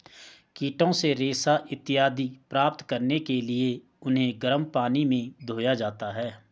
कीटों से रेशा इत्यादि प्राप्त करने के लिए उन्हें गर्म पानी में धोया जाता है